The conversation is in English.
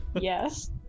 Yes